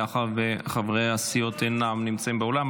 מאחר שחברי הסיעות אינם נמצאים באולם,